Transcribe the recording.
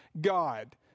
God